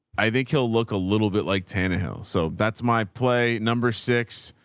i think he'll look a little bit like tannahill. so that's my play. number six,